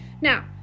Now